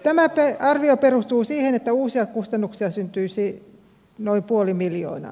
tähän arvioon perustuu se että uusia kustannuksia syntyisi noin puoli miljoonaa